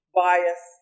bias